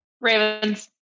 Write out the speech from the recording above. Ravens